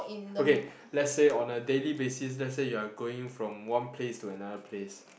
okay let's say on a daily basis let's say you are going from one place to another place